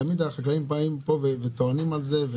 ותמיד החקלאים באים לפה וטוענים על זה.